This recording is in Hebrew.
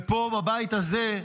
ופה, בבית הזה,